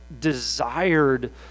desired